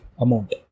amount